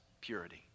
purity